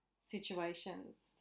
situations